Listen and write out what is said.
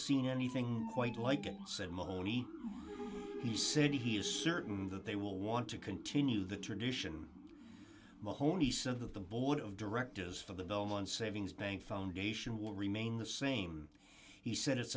seen anything quite like it said monye he said he is certain that they will want to continue the tradition mahoney said of the board of directors for the belmont savings bank foundation will remain the same he said it's